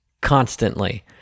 Constantly